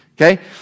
Okay